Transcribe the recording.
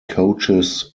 coaches